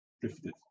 drifted